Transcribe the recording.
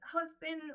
husband